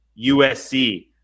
USC